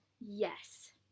Yes